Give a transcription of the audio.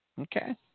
Okay